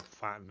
fat